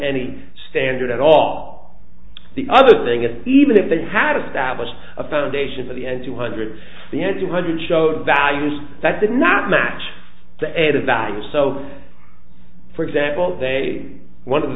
any standard at all the other thing is even if they had established a foundation for the n two hundred the engine hundred showed values that did not match the added value so for example they one of the